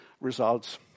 results